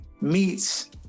meets